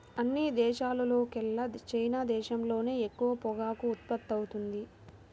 అన్ని దేశాల్లోకెల్లా చైనా దేశంలోనే ఎక్కువ పొగాకు ఉత్పత్తవుతుంది